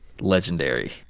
legendary